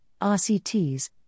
RCTs